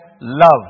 love